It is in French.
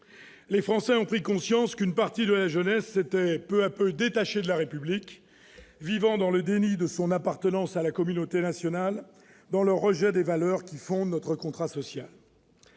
Les Français ont pris conscience qu'une partie de la jeunesse s'était peu à peu détachée de la République, vivant dans le déni de son appartenance à la communauté nationale et dans le rejet des valeurs qui fondent notre contrat social.